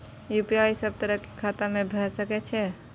UPI सब तरह के खाता में भय सके छै?